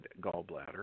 gallbladder